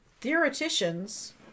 Theoreticians